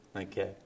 Okay